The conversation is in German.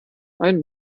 ein